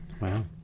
Wow